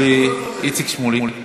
אנחנו